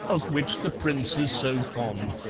of which the prince is so fond,